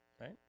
Right